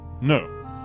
No